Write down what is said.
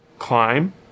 Climb